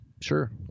Sure